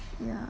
ya